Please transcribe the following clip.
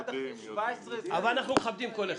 אנחנו מכבדים כל אחד.